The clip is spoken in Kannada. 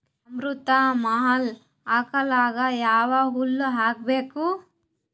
ಅಮೃತ ಮಹಲ್ ಆಕಳಗ ಯಾವ ಹುಲ್ಲು ಹಾಕಬೇಕು?